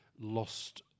lost